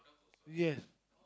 yes